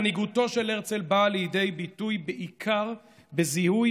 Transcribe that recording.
מנהיגותו של הרצל באה לידי ביטוי בעיקר בזיהוי